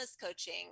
Coaching